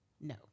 No